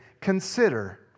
consider